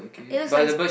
it looks like it's